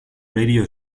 radio